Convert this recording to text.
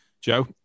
Joe